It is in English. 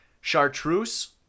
chartreuse